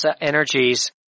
energies